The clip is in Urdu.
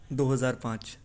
دو ہزار پانچ